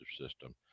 system